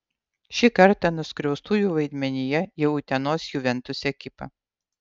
šį kartą nuskriaustųjų vaidmenyje jau utenos juventus ekipa